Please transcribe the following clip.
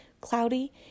Cloudy